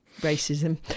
racism